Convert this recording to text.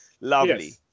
Lovely